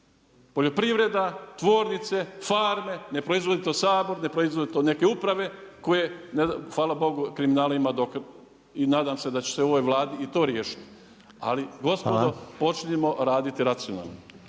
poljoprivreda, tvornice, farme. Ne proizvodi to Sabor, ne proizvode to neke uprave koje, hvala Bogu kriminala ima … i nadam se da će u ovoj Vladi i to riješiti. Ali gospodo, počnimo raditi racionalno.